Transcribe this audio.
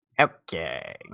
Okay